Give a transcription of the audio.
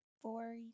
four